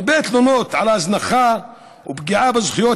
הרבה תלונות על הזנחה ופגיעה בזכויות